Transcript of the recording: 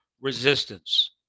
resistance